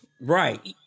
Right